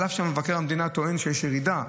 על אף שמבקר המדינה טוען שיש ירידה,